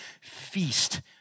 feast